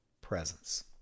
presence